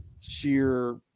sheer